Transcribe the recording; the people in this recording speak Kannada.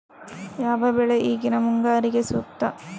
ಯಾವ ಬೆಳೆ ಈಗಿನ ಮುಂಗಾರಿಗೆ ಸೂಕ್ತ?